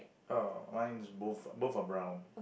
orh mine is both both are brown